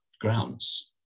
grounds